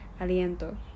aliento